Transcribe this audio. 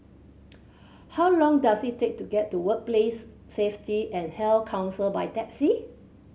how long does it take to get to Workplace Safety and Health Council by taxi